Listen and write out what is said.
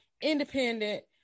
independent